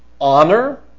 honor